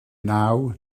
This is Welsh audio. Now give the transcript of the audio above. naw